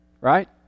Right